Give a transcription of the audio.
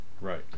right